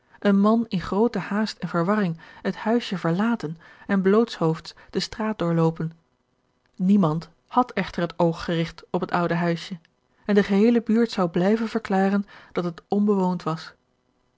een man in grooten haast en verwarring het huisje verlaten en blootshoofds de straat doorloopen niemand had echter het oog gerigt op het oude huisje en de geheele buurt zou blijven verklaren dat het onbewoond was